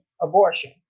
abortion